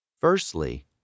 Firstly